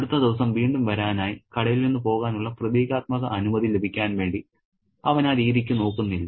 അടുത്ത ദിവസം വീണ്ടും വരാനായി കടയിൽ നിന്ന് പോകാനുള്ള പ്രതീകാത്മക അനുമതി ലഭിക്കാൻ വേണ്ടി അവൻ ആ രീതിക്ക് നോക്കുന്നില്ല